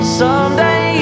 someday